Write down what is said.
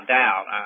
doubt